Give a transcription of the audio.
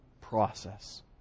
process